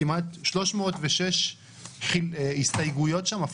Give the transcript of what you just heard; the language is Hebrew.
כמעט 306 הסתייגויות שם,